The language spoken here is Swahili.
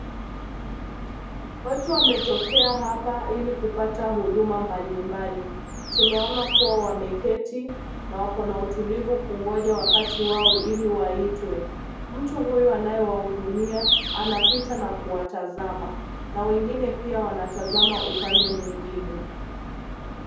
Watu wametokea hapa hili kupata huduma mbalimbali ,ytunaona kuwa wameketi na utulivi kungoja wakati wao hili waitwe mtu huyu anayewahudumia anapita na kuwatazama na wengine pia wanatazama upande mwingine.